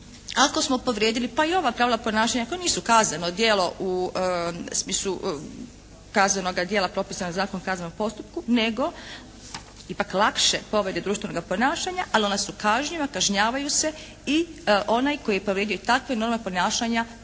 ako smo povrijedili pa i ova pravila ponašanja koja nisu kazneno djelo u smislu kaznenog djela propisanog Zakonom o kaznenom postupku, nego ipak lakše povrede društvenoga ponašanja, ali ona su kažnjiva, kažnjavaju se. I onaj koji je povrijedio i takve norme ponašanja